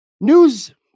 news